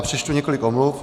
Přečtu několik omluv.